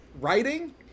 Writing